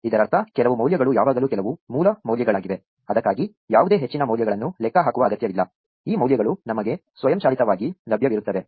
ಇದರರ್ಥ ಕೆಲವು ಮೌಲ್ಯಗಳು ಯಾವಾಗಲೂ ಕೆಲವು ಮೂಲ ಮೌಲ್ಯಗಳಾಗಿವೆ ಅದಕ್ಕಾಗಿ ಯಾವುದೇ ಹೆಚ್ಚಿನ ಮೌಲ್ಯಗಳನ್ನು ಲೆಕ್ಕಹಾಕುವ ಅಗತ್ಯವಿಲ್ಲ ಈ ಮೌಲ್ಯಗಳು ನಮಗೆ ಸ್ವಯಂಚಾಲಿತವಾಗಿ ಲಭ್ಯವಿರುತ್ತವೆ